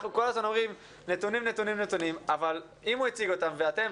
אנחנו כל הזמן אומרים נתונים אבל אם הוא הציג אותם ואתם,